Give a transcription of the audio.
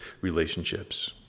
relationships